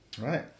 Right